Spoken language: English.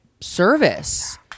Service